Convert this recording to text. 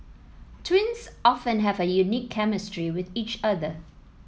twins often have a unique chemistry with each other